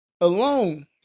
alone